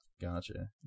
Gotcha